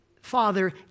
father